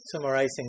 summarizing